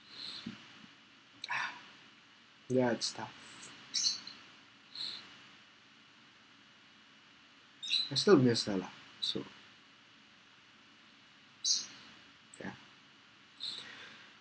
ya it's tough I still miss her lah so ya